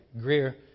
Greer